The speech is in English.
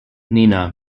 nina